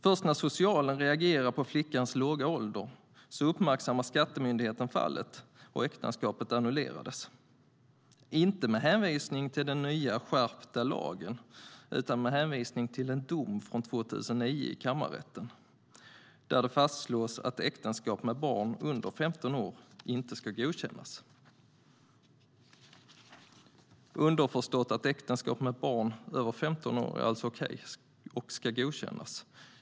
Först när socialtjänsten reagerade på flickans låga ålder uppmärksammade skattemyndigheten fallet och äktenskapet annullerades, dock inte med hänvisning till den nya skärpta lagen utan med hänvisning till en dom från 2009 i kammarrätten, där det fastslås att äktenskap med barn under 15 år inte ska godkännas. Underförstått är alltså äktenskap med barn över 15 år okej och ska godkännas.